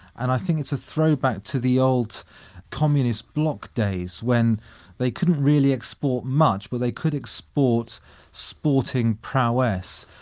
and i think it's a throwback to the old communist bloc days when they couldn't really export much but they could export sporting prowess.